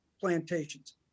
plantations